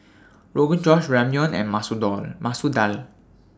Rogan Josh Ramyeon and Masoor Door Masoor Dal